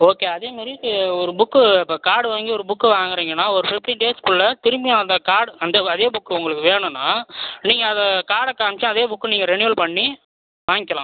okay அதேமாதிரி ஒரு book இப்போ கார்டு வாங்கி ஒரு புக்கு வாங்கிறிங்கன்னா ஒரு ஃபிஃப்டின் டேஸ் குள்ளே திரும்பியும் அந்த கார்டு அந்த அதே புக்கு உங்களுக்கு வேணுனால் நீங்கள் அதை கார்டை காமித்து அதே புக்கு நீங்கள் ரினிவல் பண்ணி வாங்க்கிலாம்